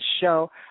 show